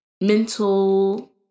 mental